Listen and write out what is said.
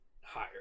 higher